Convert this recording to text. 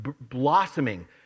blossoming